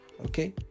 Okay